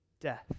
death